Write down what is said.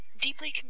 Deeply